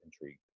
intrigued